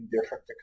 different